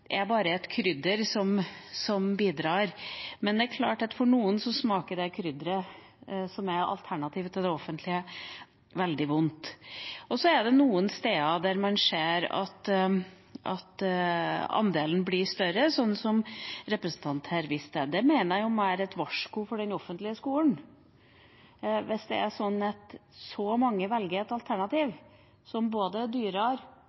er et krydder som bidrar, men det er klart at for noen smaker det krydderet – som er alternativet til det offentlige – veldig vondt. Så er det noen steder der man ser at andelen blir større, som representanten viste til her. Det mener jeg må være et varsko for den offentlige skolen, hvis det er sånn at så mange velger